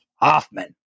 Hoffman